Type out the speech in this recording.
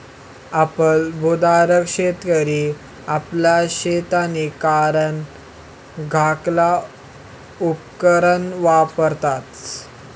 अल्प भुधारक शेतकरी अल्प शेतीना कारण धाकला उपकरणं वापरतस